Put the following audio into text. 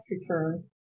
return